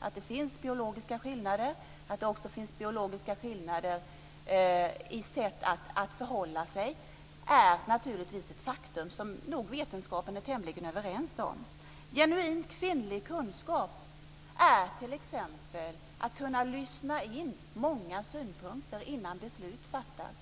Att det finns biologiska skillnader och att det också finns biologiska skillnader i sättet att förhålla sig är naturligtvis ett faktum som vetenskapen är tämligen överens om. Genuint kvinnlig kunskap är t.ex. att kunna lyssna in många synpunkter innan beslut fattas.